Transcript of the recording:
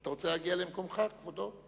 אתה רוצה להגיע למקומך, כבודו?